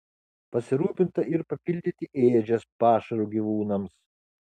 pasirūpinta ir papildyti ėdžias pašaru gyvūnams